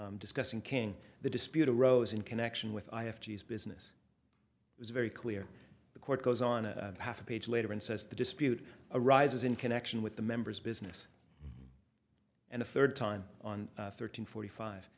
four discussing king the dispute arose in connection with i have business is very clear the court goes on a half a page later and says the dispute arises in connection with the members business and a third time on thirteen forty five